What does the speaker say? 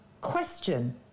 Question